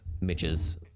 Mitch's